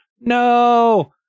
No